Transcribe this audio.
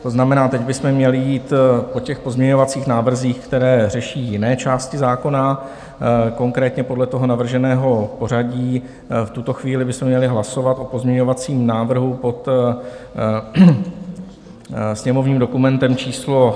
To znamená, teď bychom měli jít po těch pozměňovacích návrzích, které řeší jiné části zákona, konkrétně podle toho navrženého pořadí v tuto chvíli bychom měli hlasovat o pozměňovacím návrhu pod sněmovním dokumentem číslo...